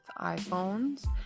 iPhones